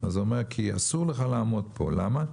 אז הוא אומר: כי אסור לך לעמוד פה, למה?